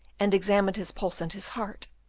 and examined his pulse and his heart,